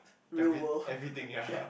real world ya